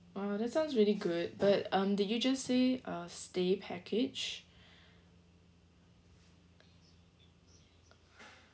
oh that sounds really good but um did you just say a stay package